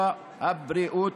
במקצועות הבריאות.